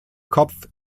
kopf